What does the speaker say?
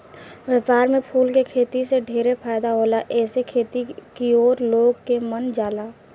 व्यापार में फूल के खेती से ढेरे फायदा होला एसे खेती की ओर लोग के मन जाला